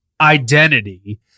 identity